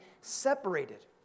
separated